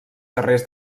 carrers